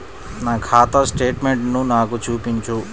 నా ఖాతా స్టేట్మెంట్ను నాకు చూపించు